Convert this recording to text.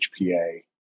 HPA